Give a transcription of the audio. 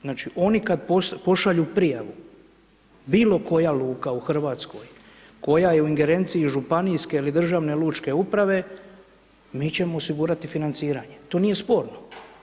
Znači oni kad pošalju prijavu bilo koja luka u Hrvatskoj, koja je u ingerenciji županijske ili državne lučke uprave, mi ćemo osigurati financirati, to nije sporno.